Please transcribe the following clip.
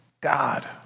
God